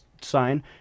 sign